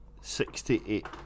Sixty-eight